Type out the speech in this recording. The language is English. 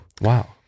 Wow